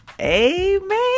amen